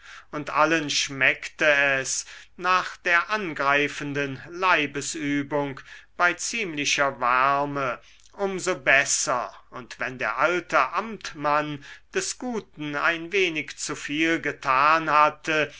und allen schmeckte es nach der angreifenden leibesübung bei ziemlicher wärme um so besser und wenn der alte amtmann des guten ein wenig zu viel getan hatte